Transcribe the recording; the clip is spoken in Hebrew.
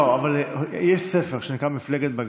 לא, אבל יש ספר שנקרא "מפלגת בג"ץ",